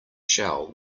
shell